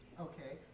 ok.